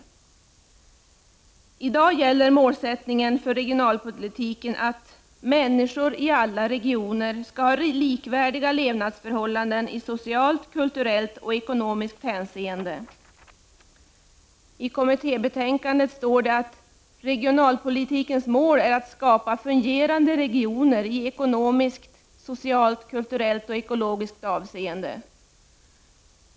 Den målsättning som gäller för regionalpolitiken i dag är nämligen att ”människor i alla regioner skall ha likvärdiga levnadsförhållanden i socialt, kulturellt och ekonomiskt hänseende”. I regionalpolitiska kommitténs betänkande står det att ”regionalpolitikens mål är att skapa fungerande regioner i ekonomiskt, socialt, kulturellt och ekologiskt avseende”.